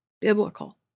biblical